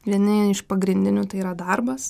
vieni iš pagrindinių tai yra darbas